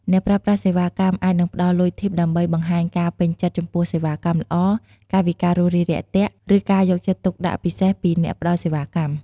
អ្នកប្រើប្រាស់សេវាកម្មអាចនឹងផ្ដល់លុយធីប ដើម្បីបង្ហាញការពេញចិត្តចំពោះសេវាកម្មល្អ កាយវិការរួសរាយរាក់ទាក់ ឬការយកចិត្តទុកដាក់ពិសេសពីអ្នកផ្ដល់សេវាកម្ម។